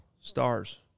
Stars